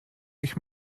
ich